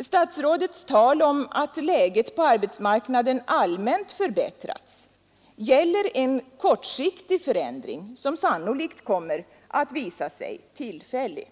Statsrådets tal om att läget på arbetsmarknaden allmänt förbättrats gäller bara en kortsiktig förändring som sannolikt kommer att visa sig tillfällig.